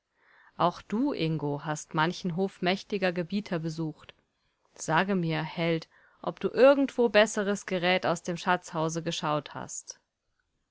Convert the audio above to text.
auch du ingo hast manchen hof mächtiger gebieter besucht sage mir held ob du irgendwo besseres gerät aus dem schatzhause geschaut hast